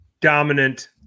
dominant